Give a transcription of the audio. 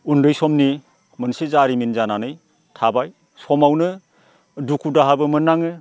उन्दै समनि मोनसे जारिमिन जानानै थाबाय समावनो दुखु दाहाबो मोननाङो